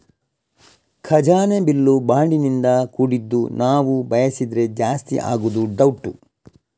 ಖಜಾನೆ ಬಿಲ್ಲು ಬಾಂಡಿನಿಂದ ಕೂಡಿದ್ದು ನಾವು ಬಯಸಿದ್ರೆ ಜಾಸ್ತಿ ಆಗುದು ಡೌಟ್